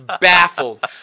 baffled